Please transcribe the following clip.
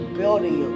building